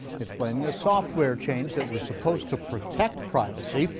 it's planning a software change that was supposed to protect privacy.